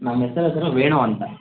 ನನ್ನ ಹೆಸರು ವೇಣು ಅಂತ